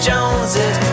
Joneses